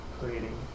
creating